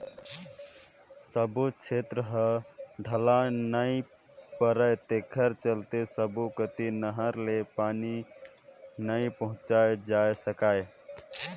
सब्बो छेत्र ह ढलान नइ परय तेखर चलते सब्बो कति नहर ले पानी नइ पहुंचाए जा सकय